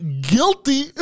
guilty